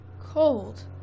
Cold